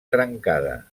trencada